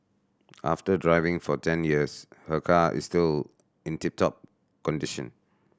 after driving for ten years her car is still in tip top condition